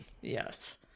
Yes